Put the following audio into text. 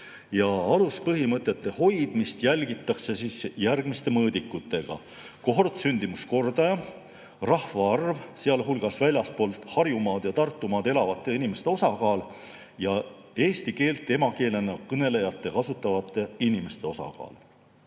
Aluspõhimõtete hoidmist jälgitakse järgmiste mõõdikutega: kohortsündimuskordaja, rahvaarv, sealhulgas väljaspool Harjumaad ja Tartumaad elavate inimeste osakaal ja eesti keelt emakeelena kõnelevate, kasutavate inimeste osakaal.